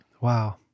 Wow